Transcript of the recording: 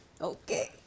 Okay